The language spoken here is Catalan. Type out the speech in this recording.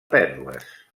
pèrdues